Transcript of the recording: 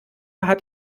hat